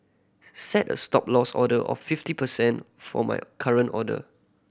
set a Stop Loss order of fifty percent for my current order